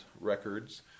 records